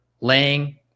laying